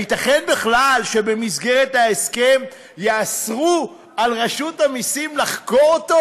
הייתכן בכלל שבמסגרת ההסכם יאסרו על רשות המסים לחקור אותו?